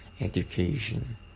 education